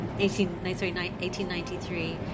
1893